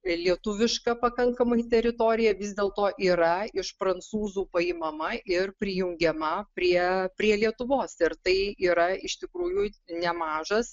lietuviška pakankamai teritorija vis dėlto yra iš prancūzų paimama ir prijungiama prie prie lietuvos ir tai yra iš tikrųjų nemažas